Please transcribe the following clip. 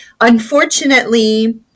Unfortunately